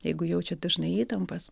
jeigu jaučiat dažnai įtampas